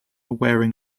wearing